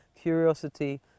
curiosity